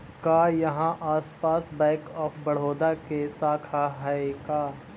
का इहाँ आसपास बैंक ऑफ बड़ोदा के शाखा हइ का?